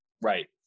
Right